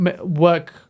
work